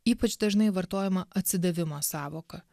ypač dažnai vartojama atsidavimo sąvoka